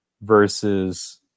versus